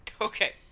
Okay